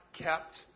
kept